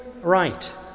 right